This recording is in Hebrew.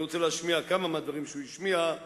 אני רוצה להשמיע כמה מהדברים שהוא השמיע,